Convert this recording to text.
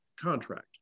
contract